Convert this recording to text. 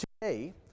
today